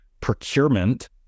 Procurement